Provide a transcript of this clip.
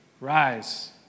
rise